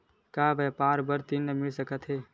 का व्यापार बर ऋण मिल सकथे?